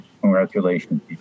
congratulations